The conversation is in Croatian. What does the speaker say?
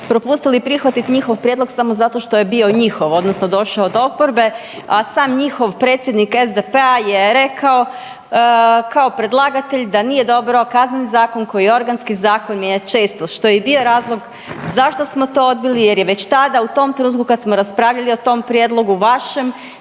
propustiti prihvatiti njihov prijedlog samo zato što je bio njihov odnosno došao od oporbe, a sam njihov predsjednik SDP-a je rekao kao predlagatelj da nije dobro Kazneni zakon koji je organski zakon je često što je i bio razlog zašto smo to odbili jer je već tada u tom trenutku kada smo raspravljali o tom prijedlogu vašem,